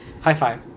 high-five